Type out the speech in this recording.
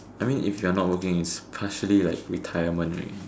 I mean if you are not working it's partially like retirement already